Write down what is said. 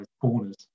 corners